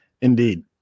indeed